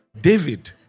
David